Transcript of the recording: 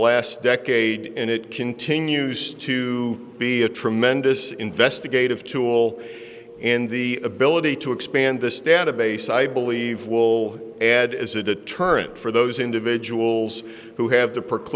last decade and it continues to be a tremendous investigative tool and the ability to expand this database i believe will add as a deterrent for those individuals who have the p